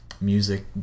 music